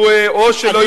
או שהוא לא יוכל לעבוד,